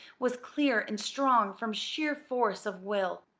was clear and strong from sheer force of will.